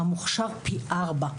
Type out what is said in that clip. במוכשר קשה פי ארבע.